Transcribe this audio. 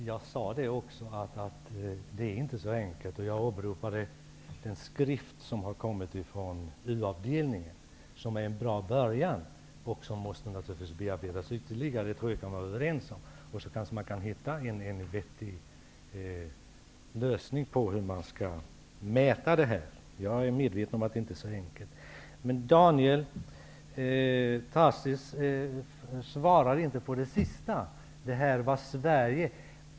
Herr talman! Detta är inte så enkelt, vilket jag också sade. Jag åberopade den skrift som har kommit från u-avdelningen. Den är en bra början, men den måste naturligtvis bearbetas ytterligare. Det tror jag att vi kan vara överens om. Vi kanske kan hitta en vettig lösning på hur man skall mäta detta. Men jag är medveten om att det inte är så enkelt. Daniel Tarschys svarade inte på det sista jag frågade om.